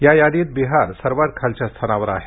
या यादीत बिहार सर्वात खालच्या स्थानावर आहे